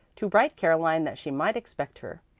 to write caroline that she might expect her.